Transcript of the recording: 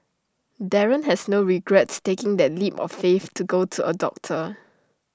Darren has no regrets taking that leap of faith to go to A doctor